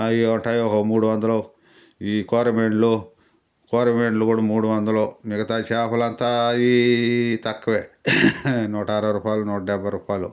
అయుంటాయి ఒక మూడొందలు ఈ కొరమేండ్లు కొరమేండ్లు కూడా మూడు వందలు మిగతా చేపలంతా ఈ ఈ ఇంక తక్కవే నూట అరవై రూపాలు నూట డెబ్భై రూపాలు